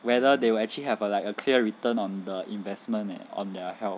whether they will actually have a like a clear return on the investment and on their health